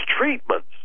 treatments